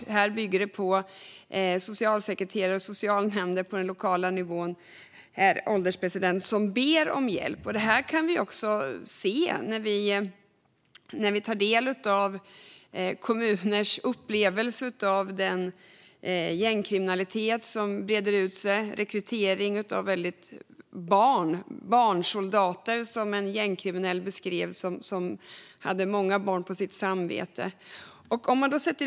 Det här bygger på socialsekreterare och socialnämnder på den lokala nivån, herr ålderspresident, som ber om hjälp. Det här kan vi se när vi tar del av kommuners upplevelser av den gängkriminalitet som breder ut sig. Det sker en rekrytering av barn. En gängkriminell, som hade många barn på sitt samvete, kallade dem barnsoldater.